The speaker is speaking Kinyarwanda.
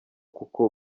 kuko